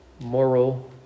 moral